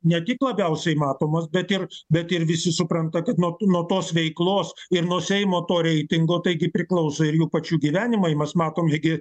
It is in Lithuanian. ne tik labiausiai matomas bet ir bet ir visi supranta kad nuo tų nuo tos veiklos ir nuo seimo to reitingo taigi priklauso ir jų pačių gyvenimai mes matom ligi